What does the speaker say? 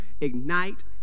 ignite